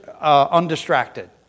undistracted